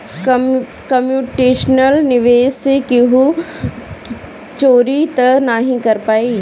computational निवेश से केहू चोरी तअ नाही कर पाई